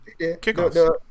kickoffs